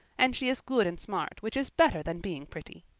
and she is good and smart, which is better than being pretty.